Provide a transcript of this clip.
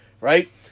right